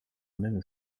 même